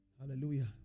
Hallelujah